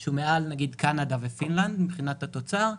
שהוא מעל קנדה ופינלנד מבחינת התוצר לנפש,